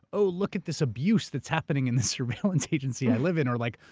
oh, look at this abuse that's happening in the surveillance agency i live in. or like,